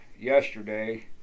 yesterday